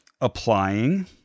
applying